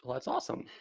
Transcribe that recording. but that's awesome.